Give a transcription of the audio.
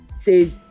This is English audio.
says